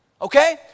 Okay